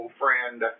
friend